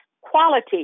quality